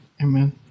Amen